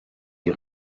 die